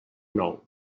nou